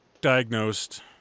diagnosed